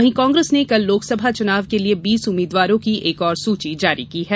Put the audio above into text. वहीं कांग्रेस ने कल लोकसभा चुनाव के लिये बीस उम्मीदवारों की एक और सूची जारी की है